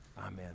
Amen